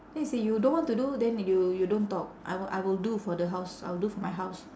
then she say you don't want to do then you you don't talk I will I will do for the house I will do for my house